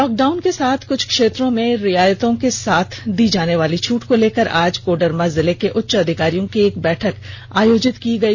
lockdown के साथ कुछ क्षेत्रों में रियायतो के साथ दी जाने वाली छूट को लेकर आज कोडरमा जिले के उच्च अधिकारियों की एक बैठक आयोजित की गई